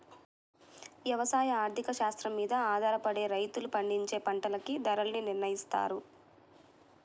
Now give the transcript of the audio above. యవసాయ ఆర్థిక శాస్త్రం మీద ఆధారపడే రైతులు పండించే పంటలకి ధరల్ని నిర్నయిత్తారు